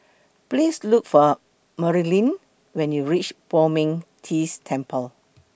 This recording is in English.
Please Look For Merilyn when YOU REACH Poh Ming Tse Temple